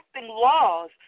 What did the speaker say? laws